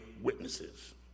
witnesses